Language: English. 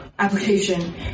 application